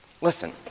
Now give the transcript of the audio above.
Listen